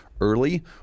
early